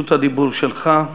רשות הדיבור שלך.